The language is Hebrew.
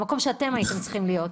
במקום שאתם הייתם צריכים להיות.